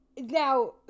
Now